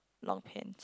long pant